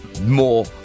more